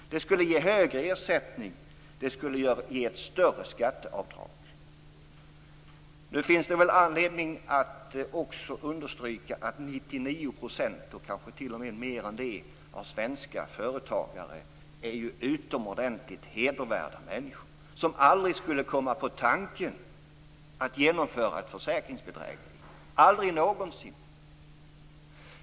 Det skulle ge högre ersättning och ett större skatteavdrag. Nu finns det anledning att understryka att 99 %, och kanske mer än det, av svenska företagare är utomordentligt hedervärda människor som aldrig skulle komma på tanken att genomföra ett försäkringsbedrägeri. Aldrig någonsin.